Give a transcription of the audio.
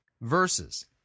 verses